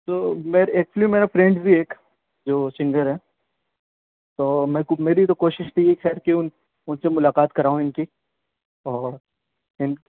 تو میں ایکچولی میرا فرینڈ بھی ایک جو سنگر ہے تو میں میری تو کوشش تھی خیر کہ ان ان سے ملاقات کراؤں ان کی اور ان